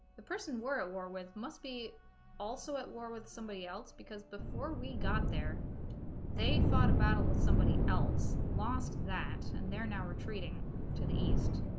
the person person were at war with must be also at war with somebody else because before we got there they thought a battle with somebody else lost that and they're now retreating to the east